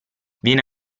viene